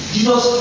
Jesus